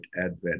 Advent